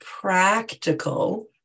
practical